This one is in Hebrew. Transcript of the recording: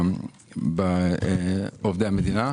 בעובדי המדינה.